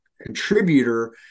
contributor